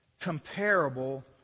comparable